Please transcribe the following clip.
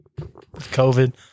COVID